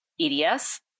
EDS